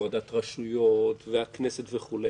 הפרדת רשויות והכנסת וכו'.